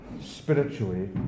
spiritually